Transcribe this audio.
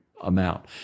amount